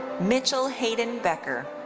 mitchell hayden becker.